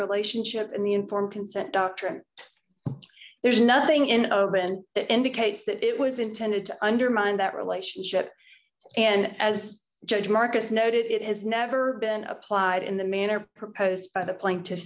relationship and the informed consent doctrine there's nothing in the end that indicates that it was intended to undermine that relationship and as judge marcus noted it has never been applied in the manner proposed by the pla